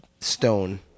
stone